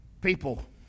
People